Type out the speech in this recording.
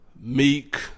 Meek